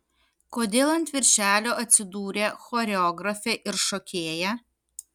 kodėl ant viršelio atsidūrė choreografė ir šokėja